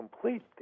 complete